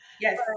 Yes